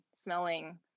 smelling